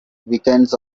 weekends